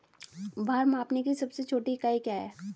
भार मापने की सबसे छोटी इकाई क्या है?